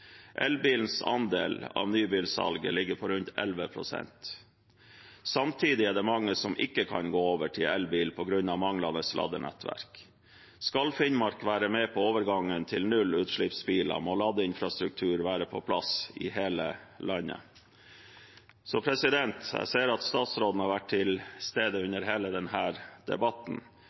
andel av nybilsalget ligger på rundt 11 pst. Samtidig er det mange som ikke kan gå over til elbil på grunn av manglende ladenettverk. Skal Finnmark være med på overgangen til nullutslippsbiler, må ladeinfrastruktur være på plass i hele landet. Jeg ser at statsråden har vært til stede under hele denne debatten.